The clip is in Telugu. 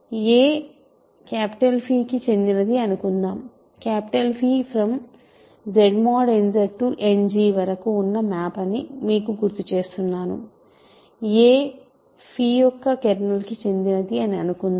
a 𝚽 కు చెందినది అని అనుకుందాం 𝚽 ZnZEnd వరకు ఉన్న మ్యాప్ అని మీకు గుర్తు చేస్తున్నాను a 𝚽యొక్క కెర్నల్ కు చెందినది అనుకుందాం